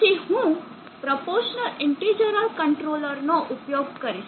તેથી હું proportional integral controller નો ઉપયોગ કરીશ